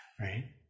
Right